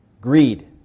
greed